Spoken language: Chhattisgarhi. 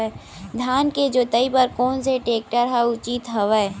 धान के जोताई बर कोन से टेक्टर ह उचित हवय?